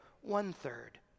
one-third